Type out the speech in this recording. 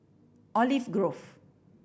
Olive Grove